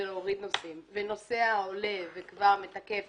להוריד נוסעים ונוסע עולה מאחור וכבר מתקף,